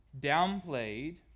downplayed